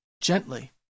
gently